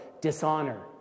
dishonor